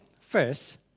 First